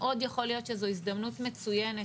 מאוד יכול להיות שזו הזדמנות מצוינת,